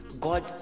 God